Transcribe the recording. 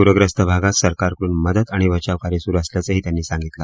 प्रखस्त भागात सरकारकडून मदत आणि बचावकार्य सुरू असल्याचंही त्यांनी सांगितल